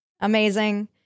amazing